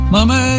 Mama